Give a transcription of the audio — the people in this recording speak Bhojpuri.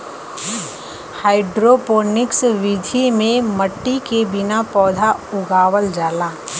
हाइड्रोपोनिक्स विधि में मट्टी के बिना पौधा उगावल जाला